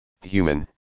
human